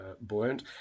buoyant